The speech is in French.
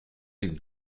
une